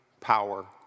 power